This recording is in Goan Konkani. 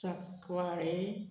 सकवाळे